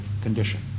condition